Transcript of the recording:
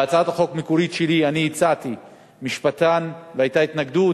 בהצעת החוק המקורית שלי הצעתי משפטן והיתה התנגדות,